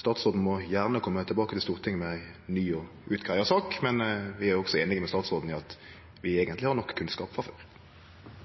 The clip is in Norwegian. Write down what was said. Statsråden må gjerne kome tilbake til Stortinget med ei ny og utgreidd sak, men vi er også einige med statsråden i at vi eigentleg har nok kunnskap frå før.